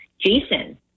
Jason